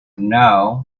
now